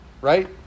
right